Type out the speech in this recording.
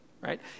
Right